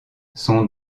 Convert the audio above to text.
son